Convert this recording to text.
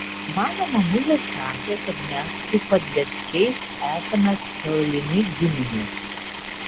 mano mamulė sakė kad mes su padleckiais esame tolimi giminės